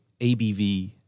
ABV